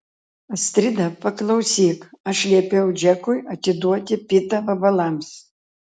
astrida paklausyk aš liepiau džekui atiduoti pitą vabalams